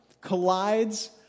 collides